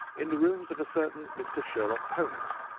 in the rooms of a certain mr. sherlock holmes,